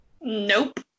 Nope